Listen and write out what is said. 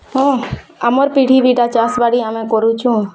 ହଁ ଆମର୍ ପିଢ଼ି ଚାଷ୍ ବାଡ଼ି ଆମେ କରୁଛୁଁ